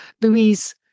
Louise